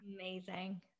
Amazing